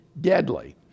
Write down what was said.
deadly